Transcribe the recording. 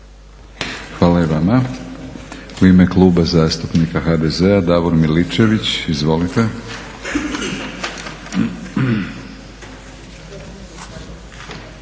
Hvala i vama. U ime Kluba zastupnika HDZ-a Davor Miličević. Izvolite.